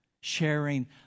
sharing